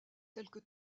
quelque